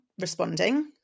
responding